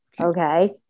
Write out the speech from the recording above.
okay